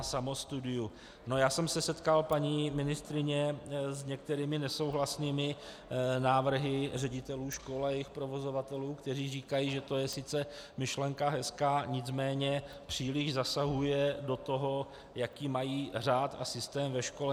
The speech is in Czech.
Já jsem se setkal, paní ministryně, s některými nesouhlasnými návrhy ředitelů škol a jejich provozovatelů, kteří říkají, že to je sice myšlenka hezká, nicméně příliš zasahuje do toho, jaký mají řád a systém ve škole.